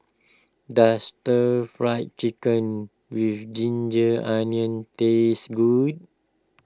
does Stir Fry Chicken with Ginger Onions taste good